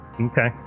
Okay